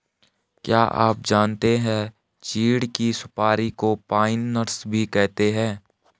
क्या आप जानते है चीढ़ की सुपारी को पाइन नट्स भी कहते है?